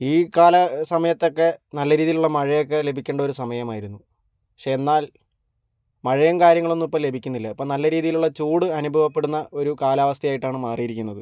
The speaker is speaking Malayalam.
ഈ കാല സമയത്തൊക്കെ നല്ല രീതിയിലുള്ള മഴയൊക്കെ ലഭിക്കേണ്ട ഒരു സമയം ആയിരുന്നു പക്ഷെ എന്നാൽ മഴയും കാര്യങ്ങളൊന്നും ഇപ്പോൾ ലഭിക്കുന്നില്ല ഇപ്പം നല്ല രീതിയിലുള്ള ചൂട് അനുഭവപ്പെടുന്ന ഒരു കാലാവസ്ഥ ആയിട്ടാണ് മാറിയിരിക്കുന്നത്